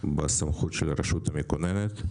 בסמכות של הרשות המכוננת.